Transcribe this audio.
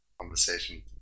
conversation